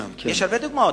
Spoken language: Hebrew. יש הרבה דוגמאות.